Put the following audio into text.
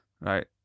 right